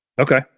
Okay